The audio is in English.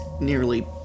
nearly